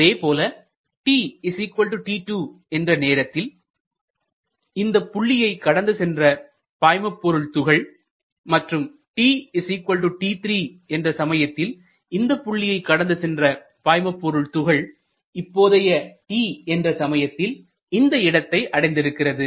அதேபோல tt2 என்ற நேரத்தில் இந்தப் புள்ளியை கடந்துசென்ற பாய்மபொருள் துகள் மற்றும் tt3 என்ற சமயத்தில் இந்தப் புள்ளியை கடந்துசென்ற பாய்மபொருள் துகள் இப்பொழுதைய t என்ற சமயத்தில் இந்த இடத்தை அடைந்து இருக்கிறது